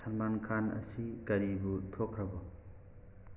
ꯁꯜꯃꯥꯟ ꯈꯥꯟ ꯑꯁꯤ ꯀꯔꯤꯕꯨ ꯊꯣꯛꯈ꯭ꯔꯕꯣ